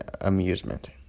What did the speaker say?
amusement